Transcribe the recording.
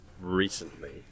recently